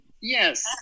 Yes